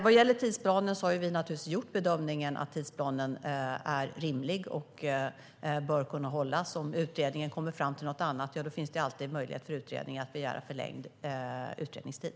Vad gäller tidsplanen har vi gjort bedömningen att den är rimlig och bör kunna hållas. Om utredningen kommer fram till något annat är det alltid möjligt för utredningen att begära förlängd utredningstid.